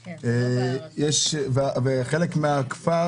בהסכמים בין-לאומיים ובהסכמי סחר שעליהם חתומה המדינה?